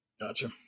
Gotcha